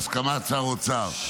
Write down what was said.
בהסכמת שר האוצר,